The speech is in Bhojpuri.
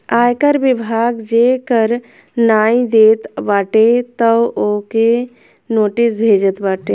आयकर विभाग जे कर नाइ देत बाटे तअ ओके नोटिस भेजत बाटे